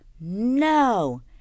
No